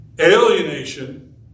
Alienation